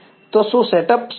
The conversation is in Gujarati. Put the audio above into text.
તો શું સેટઅપ સ્પષ્ટ છે